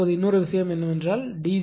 இப்போது இன்னொரு விஷயம் என்னவென்றால் டி